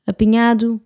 Apinhado